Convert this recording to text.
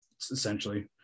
essentially